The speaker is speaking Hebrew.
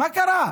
מה קרה?